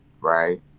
right